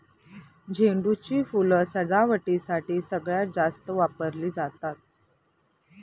झेंडू ची फुलं सजावटीसाठी सगळ्यात जास्त वापरली जातात